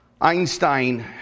Einstein